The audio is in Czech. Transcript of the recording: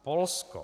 Polsko.